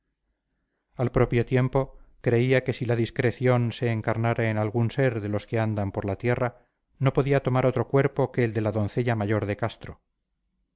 al propio tiempo creía que si la discreción se encarnara en algún ser de los que andan por la tierra no podía tomar otro cuerpo que el de la doncella mayor de castro